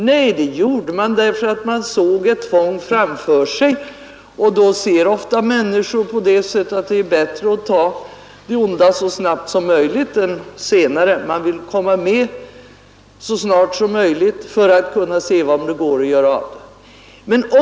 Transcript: Nej, de gjorde det för att de såg ett tvång framför sig, och då anser människor ofta att det är bättre att ta det onda så snabbt som möjligt än senare. Man vill komma med så snart som möjligt för att kunna se vad det går att göra av situationen.